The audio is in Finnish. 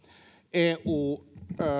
eu